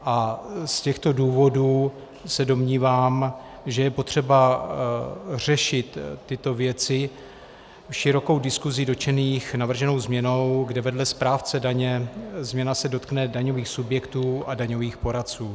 Z těchto důvodů se domnívám, že je potřeba řešit tyto věci širokou diskusí dotčených navrženou změnou, kde vedle správce daně se změna dotkne daňových subjektů a daňových poradců.